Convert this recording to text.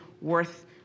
worth